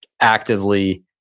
actively